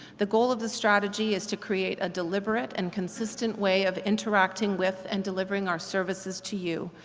the goal of the strategy is to create a deliberate and consistent way of interacting with and delivering our services to you,